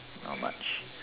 not much